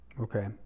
Okay